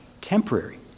temporary